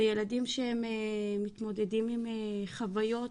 וילדים שהם מתמודדים עם חוויות